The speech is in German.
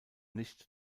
nicht